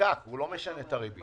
אין תשובה לשאלה הזאת.